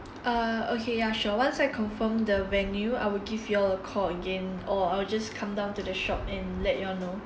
err okay ya sure once I confirmed the venue I will give you all a call again or I will just come down to the shop and let you all know